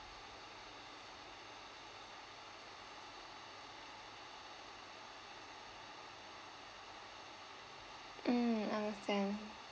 mm understand